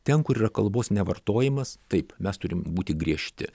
ten kur yra kalbos nevartojimas taip mes turim būti griežti